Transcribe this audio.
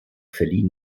verliehen